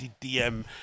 DM